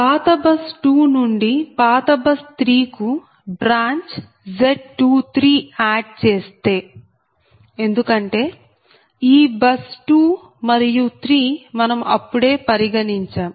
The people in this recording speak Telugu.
పాత బస్ 2 నుండి పాత బస్ 3 కు బ్రాంచ్ Z23 ఆడ్ చేస్తే ఎందుకంటే ఈ బస్ 2 మరియు 3 మనం అప్పుడే పరిగణించాం